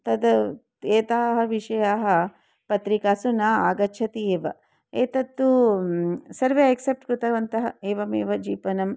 तद् एताः विषयाः पत्रिकासु न आगच्छन्ति एव एतत्तु सर्वे एक्सेप्ट् कृतवन्तः एवमेव जीवनम्